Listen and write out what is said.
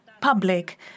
public